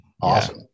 Awesome